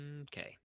Okay